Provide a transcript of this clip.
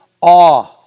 awe